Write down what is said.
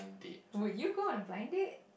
would you go on a blind date